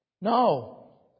No